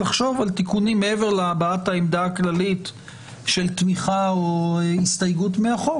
לחשוב על תיקונים מעבר להבעת עמדה כללית של תמיכה או הסתייגות מהחוק,